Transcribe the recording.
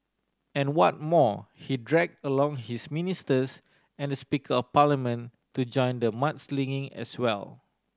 and what more he drag along his ministers and the Speaker of Parliament to join the mudslinging as well